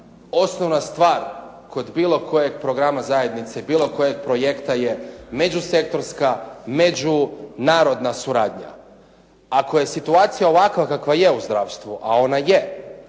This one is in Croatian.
osnovna stvar kod bilo kojeg programa zajednice, bilo kojeg projekta je međusektorska, međunarodna suradnja. Ako je situacija ovakva kakva je u zdravstvu, a ona je